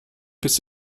bis